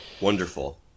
wonderful